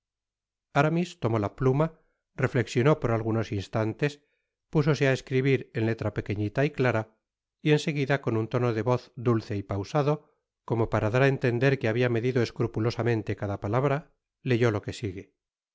aramis tomó la pluma reflexionó por algunos instantes púsose á escribir en letra pequeñita y clara y en seguida con un tono de voz dulce y pausado como para dar á entender que habia medido escrupulosamente cada palabra leyó lo que sigue